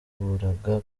kurushinga